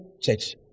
church